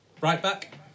Right-back